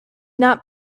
not